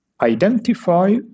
identify